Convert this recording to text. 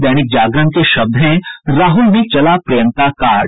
दैनिक जागरण के शब्द हैं राहुल ने चला प्रियंका कार्ड